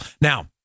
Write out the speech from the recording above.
Now